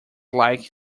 like